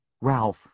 Ralph